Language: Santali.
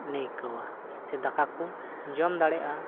ᱱᱟᱹᱭᱠᱟᱹᱣᱟ ᱥᱮ ᱫᱟᱠᱟ ᱠᱚ ᱡᱚᱢ ᱫᱟᱲᱮᱭᱟᱜᱼᱟ